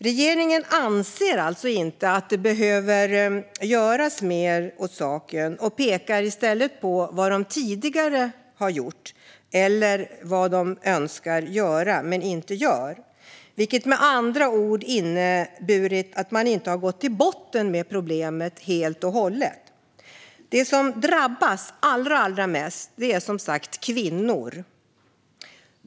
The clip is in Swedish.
Regeringen anser alltså inte att det behöver göras mer åt saken och pekar i stället på vad man tidigare har gjort eller på vad man önskar göra men inte gör, vilket innebär att man inte har gått till botten med problemet helt och hållet. De som drabbas allra mest är kvinnor.